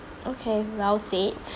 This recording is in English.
okay well said